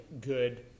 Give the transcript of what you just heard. good